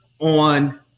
on